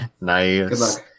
Nice